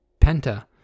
Penta